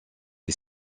est